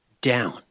down